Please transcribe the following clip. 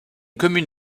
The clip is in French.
commune